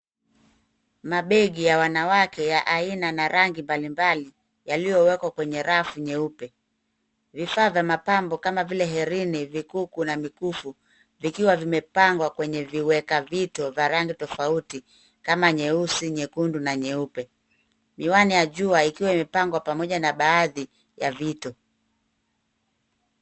Mabegi ya wanawake ya aina na rangi mbalimbali yaliyowekwa kwenye rafu nyeupe. Vifaa vya mapambo kama vile herini, vikuku na mikufu, vikiwa vimepangwa kwenye viweka vito vya rangi tofauti kama nyeusi, nyekundu, na nyeupe, miwani ya jua ikiwa imepangwa pamoja na baadhi ya vito.